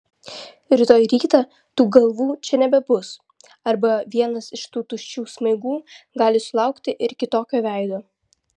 rytoj rytą tų galvų čia nebebus arba vienas iš tų tuščių smaigų gali sulaukti ir kitokio veido